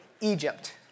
Egypt